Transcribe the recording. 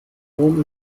rom